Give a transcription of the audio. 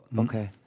okay